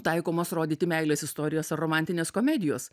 taikomos rodyti meilės istorijos ar romantinės komedijos